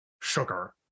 sugar